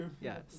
Yes